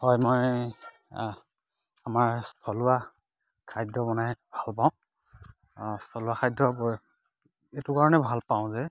হয় মই আমাৰ থলুৱা খাদ্য বনাই ভাল পাওঁ থলুৱা খাদ্যবোৰ এইটো কাৰণে ভাল পাওঁ যে